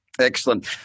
Excellent